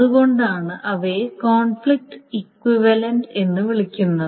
അതുകൊണ്ടാണ് അവയെ conflict equivalent എന്ന് വിളിക്കുന്നത്